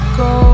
go